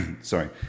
sorry